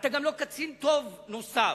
אתה גם לא קצין טוב נוסף,